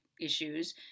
issues